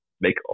make